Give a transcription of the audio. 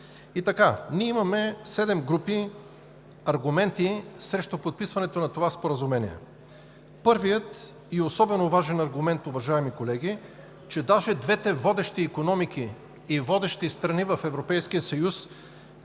първото. Имаме седем групи аргументи срещу подписването на това споразумение. Първият и особено важен аргумент, уважаеми колеги, е, че дори двете водещи икономики и водещи страни в Европейския съюз